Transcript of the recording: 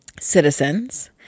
citizens